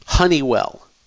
Honeywell